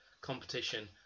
competition